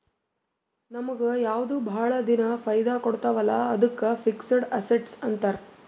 ನಮುಗ್ ಯಾವ್ದು ಭಾಳ ದಿನಾ ಫೈದಾ ಕೊಡ್ತಾವ ಅಲ್ಲಾ ಅದ್ದುಕ್ ಫಿಕ್ಸಡ್ ಅಸಸ್ಟ್ಸ್ ಅಂತಾರ್